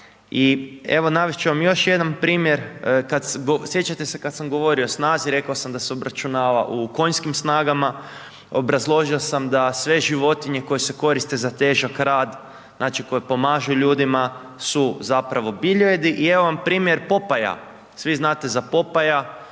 I evo, navest ću vam još jedan primjer, sjećate se kad sam govorio o snazi, rekao sam da se obračunava u konjskim snagama, obrazložio sam da sve životinje koje se koriste za težak rad, znači koje pomažu ljudima, su zapravo biljojedi, i evo vam primjer Popaja, svi znate za Popaja,